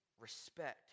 respect